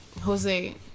jose